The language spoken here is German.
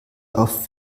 auf